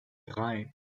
drei